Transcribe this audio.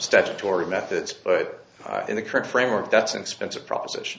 statutory methods but in the current framework that's an expensive proposition